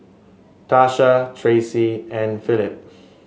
Tasha Tracie and Philip